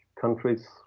countries